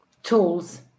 tools